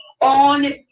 on